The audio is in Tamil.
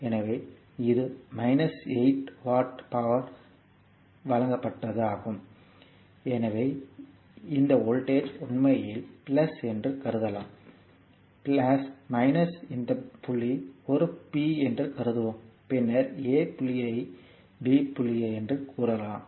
எனவே அது 8 வாட் பவர் வழங்கப்பட்டது எனவே இந்த வோல்ட்டேஜ் உண்மையில் என்று கருதலாம் இந்த புள்ளி ஒரு P என்று கருதுவோம் பின்னர் a புள்ளியை b புள்ளி என்று கூறலாம்